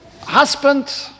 husband